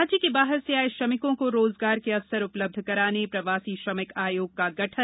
राज्य के बाहर से आये श्रमिकों को रोजगार के अवसर उपलब्ध कराने प्रवासी श्रमिक आयोग का गठन